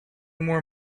more